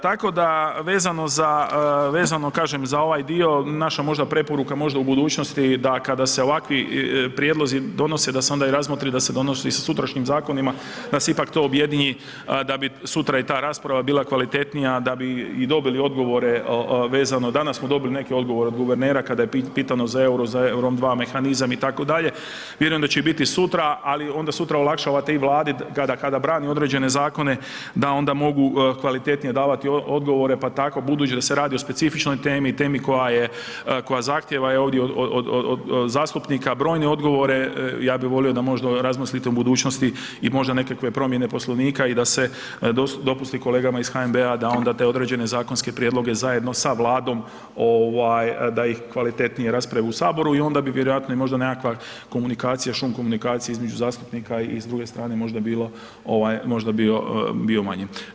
Tako da vezano za, vezano kažem za ovaj dio naša možda preporuka možda u budućnosti da kada se ovakvi prijedlozi donose da se onda i razmotri da se donosi sutrašnjim zakonima da se ipak to objedini, a da bi sutra i ta rasprava bila kvalitetnija da bi i dobili odgovore vezano, danas smo dobili neke odgovore od guvernera kada je pitano za EUR-o, za EUR-o II mehanizam itd., vjerujem da će biti i sutra, ali sutra olakšavate i vladi kada brani određene zakone da onda mogu kvalitetnije davati odgovore, pa tako budući da se radi o specifičnoj temi, temi koja je, koja zahtjeva ovdje od zastupnika brojne odgovore ja bi volio da možda razmislite u budućnosti i možda nekakve promjene Poslovnika i da se dopusti kolegama iz HNB-a da onda te određene zakonske prijedloge zajedno sa Vladom ovaj da ih kvalitetnije rasprave u saboru i onda bi vjerojatno i možda nekakva komunikacija, šum komunikacije između zastupnika i s druge strane možda bilo ovaj, možda bio manji.